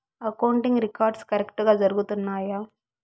accounting records కరెక్టుగా జరుగుతున్నాయా